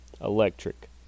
electric